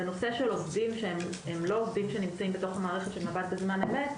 בנושא של עובדים שהם לא עובדים שנמצאים בתוך המערכת של מב"ד בזמן אמת,